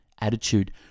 attitude